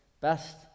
best